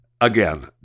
again